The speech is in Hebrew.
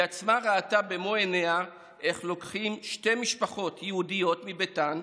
היא עצמה ראתה במו עיניה איך לוקחים שתי משפחות יהודיות מביתן,